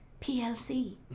PLC